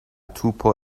توپو